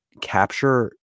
capture